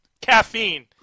caffeine